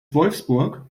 wolfsburg